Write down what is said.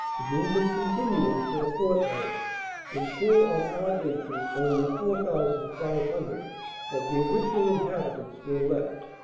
the movement continuing for a fortnight until on our entry only four thousand five hundred of the original inhabitants were left,